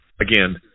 again